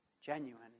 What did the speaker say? genuine